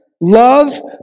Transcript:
love